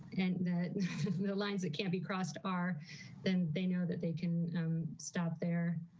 and the lines that can't be crossed our than they know that they can stop there.